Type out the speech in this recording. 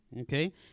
okay